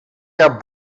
jaar